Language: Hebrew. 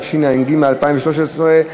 התשע"ג 2013,